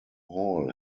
hall